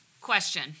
Question